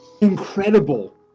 incredible